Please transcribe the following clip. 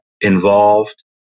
involved